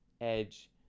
edge